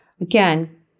again